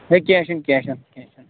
ہے کیٚنہہ چھُنہٕ کیٚنہہ چھُنہٕ کینٛہہ چھُنہٕ